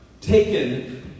taken